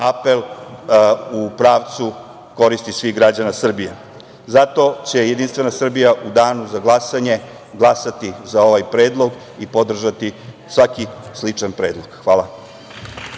apel u pravcu koristi svih građana Srbije. Zato će Jedinstvena Srbija u danu za glasanje glasati za ovaj Predlog i podržati svaki sličan predlog. Hvala.